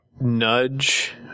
nudge